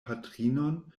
patrinon